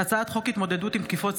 הצעת חוק משפחות חיילים שנספו במערכה (תגמולים ושיקום)